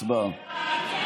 הצבעה.